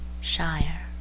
Shire